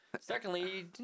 Secondly